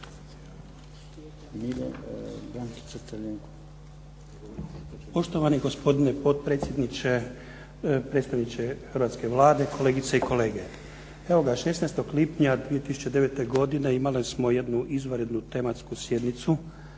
Poštovani gospodine potpredsjedniče, predstavniče hrvatske Vlade, kolegice i kolege. Evo ga, 16. lipnja 2009. godine imali smo jednu izvanrednu tematsku sjednicu